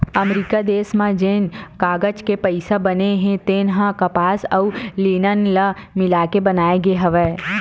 अमरिका देस म जेन कागज के पइसा बने हे तेन ह कपसा अउ लिनन ल मिलाके बनाए गे हवय